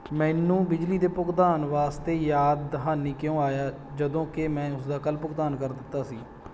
ਮੈਨੂੰ ਬਿਜਲੀ ਦੇ ਭੁਗਤਾਨ ਵਾਸਤੇ ਯਾਦ ਦਹਾਨੀ ਕਿਉਂ ਆਇਆ ਜਦੋਂ ਕਿ ਮੈਂ ਉਸਦਾ ਕੱਲ੍ਹ ਭੁਗਤਾਨ ਕਰ ਦਿੱਤਾ ਸੀ